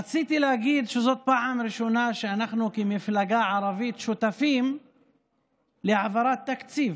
רציתי להגיד שזאת הפעם הראשונה שאנחנו כמפלגה ערבית שותפים להעברת תקציב